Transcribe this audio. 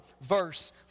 verse